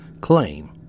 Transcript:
claim